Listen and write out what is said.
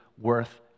worth